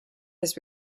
his